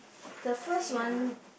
the first one